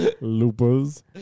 Loopers